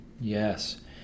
Yes